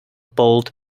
bold